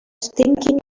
thinking